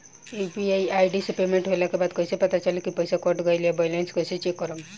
UPI ID से payment होला के बाद कइसे पता चली की पईसा कट गएल आ बैलेंस कइसे चेक करम?